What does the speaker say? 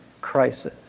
crisis